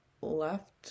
left